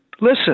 listen